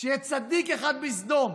שיהיה צדיק אחד בסדום